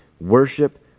Worship